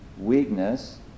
weakness